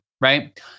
Right